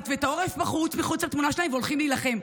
ואת העורף מחוץ לתמונה שלהם והולכים להילחם.